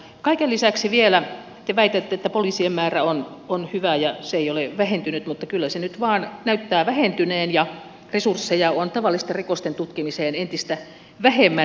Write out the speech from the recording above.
kaiken lisäksi te vielä väitätte että poliisien määrä on hyvä ja se ei ole vähentynyt mutta kyllä se nyt vain näyttää vähentyneen ja resursseja on tavallisten rikosten tutkimiseen entistä vähemmän